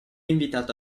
invitato